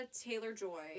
Taylor-Joy